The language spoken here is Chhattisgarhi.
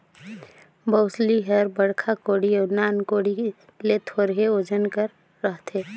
बउसली हर बड़खा कोड़ी अउ नान कोड़ी ले थोरहे ओजन कर रहथे